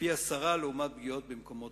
ופי-עשרה מפגיעות במקום העבודה.